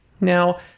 Now